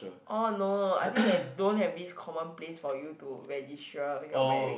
oh no I think they don't have this common place for you to register your marriage